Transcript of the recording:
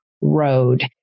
road